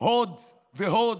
עוד ועוד?